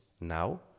now